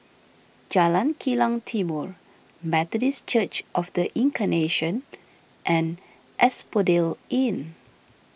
Jalan Kilang Timor Methodist Church of the Incarnation and Asphodel Inn